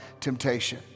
temptation